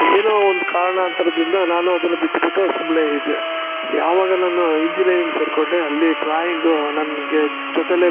ಏನೋ ಒಂದು ಕಾರಣಾಂತರದಿಂದ ನಾನು ಅದನ್ನು ಬಿಟ್ಟು ಬಿಟ್ಟು ಸುಮ್ಮನೆ ಇದ್ದೆ ಯಾವಾಗ ನಾನು ಇಂಜಿನಿಯರಿಂಗ್ ಸೇರಿಕೊಂಡೆ ಅಲ್ಲಿ ಡ್ರಾಯಿಂಗು ನನಗೆ ಜೊತೇಲೆ